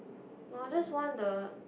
no just want the